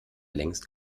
längst